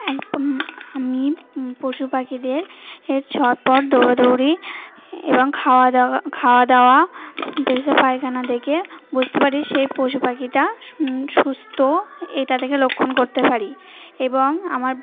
এক আমি পশু পাখিদের ঝটফট ধরে ধরি এবং খাওয়া দাওয়া খাওয়া দাওয়া বা পায়খানা দেখে বুঝতে পারি সেই পশু পাখিটা সুস্থ এটা থেকে লক্ষণ করতে পারি এবং আমার